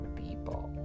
people